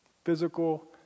Physical